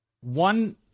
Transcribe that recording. one